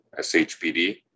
SHPD